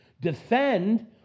Defend